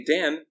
Dan